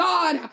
God